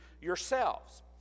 Yourselves